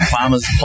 Farmers